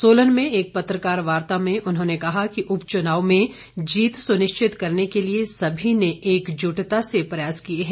सोलन में एक पत्रकार वार्ता में उन्होंने कहा कि उपचुनाव में जीत सुनिश्चित करने के लिए सभी ने एकजुटता से प्रयास किए हैं